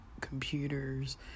computers